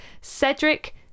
Cedric